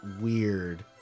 weird